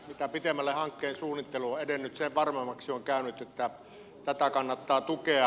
mitä pitemmälle hankkeen suunnittelu on edennyt sen varmemmaksi on käynyt että tätä kannattaa tukea